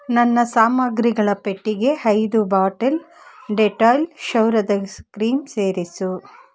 ನನ್ನ ಸಾಮಗ್ರಿಗಳ ಪಟ್ಟಿಗೆ ಐದು ಬಾಟಲ್ ಡೆಟಾಲ್ ಕ್ಷೌರದ ಕ್ರೀಂ ಸೇರಿಸು